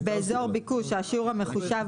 אני רוצה לפני סיום הישיבה לסיים לקרוא,